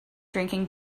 drinking